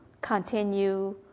continue